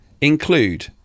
include